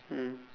mm